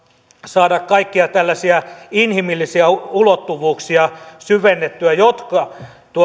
saada kaikkia tällaisia inhimillisiä ulottuvuuksia syvennettyä jotka